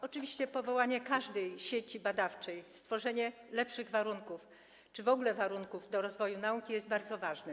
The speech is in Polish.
Oczywiście powołanie każdej sieci badawczej, stworzenie lepszych warunków czy w ogóle warunków do rozwoju nauki jest bardzo ważne.